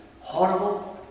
Horrible